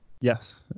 Yes